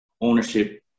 ownership